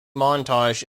montage